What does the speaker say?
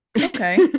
Okay